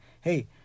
hey